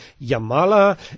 Yamala